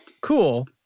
Cool